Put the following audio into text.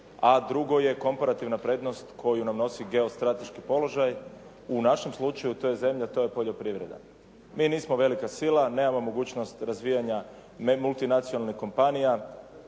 a drugo je komparativna prednost koju nam nosi geostrateški položaj. U našem slučaju to je zemlje, to je poljoprivreda. Mi nismo velika sila, nemamo mogućnost razvijanja multinacionalnih kompanija,